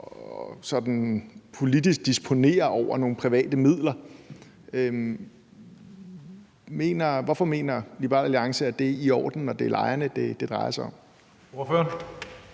og sådan politisk disponerer over nogle private midler. Hvorfor mener Liberal Alliance, at det er i orden, når det er lejerne, det drejer sig om?